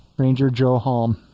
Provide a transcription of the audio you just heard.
ranger joe halm